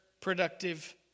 productive